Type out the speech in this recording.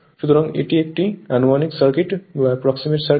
সুতরাং এটি একটি আনুমানিক সার্কিট